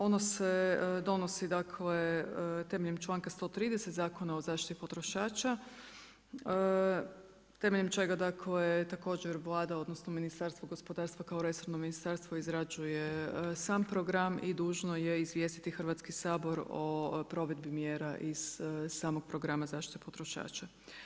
Ono se donosi dakle temeljem članka 130 Zakona o zaštiti potrošača temeljem čega dakle također Vlada odnosno Ministarstvo gospodarstva kao resorno ministarstvo izrađuje sam program i dužno je izvijestiti Hrvatski sabor o provedbi mjera iz samo programa zaštite potrošača.